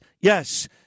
yes